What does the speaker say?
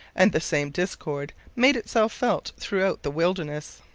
and the same discord made itself felt throughout the wilderness.